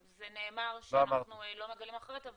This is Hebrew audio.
זה נאמר שאנחנו לא מגלים אחריות -- לא אמרתי.